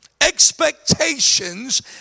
expectations